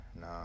no